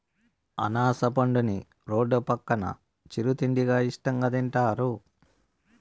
అనాస పండుని రోడ్డు పక్కన చిరు తిండిగా ఇష్టంగా తింటారు